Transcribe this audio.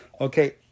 okay